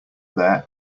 there